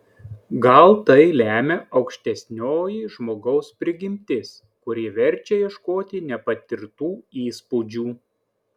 gal tai lemia aukštesnioji žmogaus prigimtis kuri verčia ieškoti nepatirtų įspūdžių